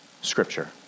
scripture